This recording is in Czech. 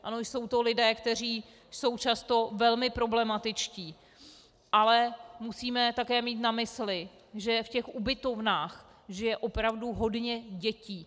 Ano, jsou to lidé, kteří jsou často velmi problematičtí, ale musíme také mít na mysli, že v ubytovnách žije opravdu hodně dětí.